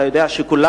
אתה יודע שכולנו,